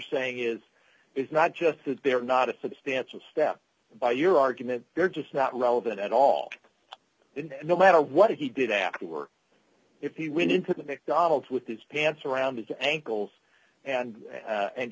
saying is it's not just that they're not a substantial step by your argument they're just not relevant at all no matter what he did afterwards if he went into the mic donald with his pants around his ankles and